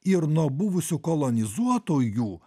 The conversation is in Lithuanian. ir nuo buvusių kolonizuotojų